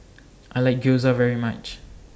I like Gyoza very much